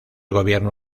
gobierno